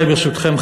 ברשותכם,